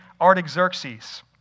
Artaxerxes